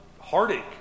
heartache